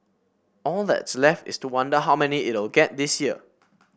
all that's left is to wonder how many it'll get this year